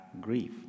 grief